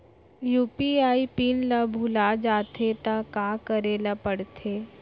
UPI pin ल भुला जाथे त का करे ल पढ़थे?